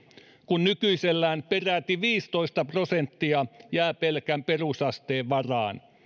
kun nykyisellään peräti viisitoista prosenttia jää pelkän perusasteen varaan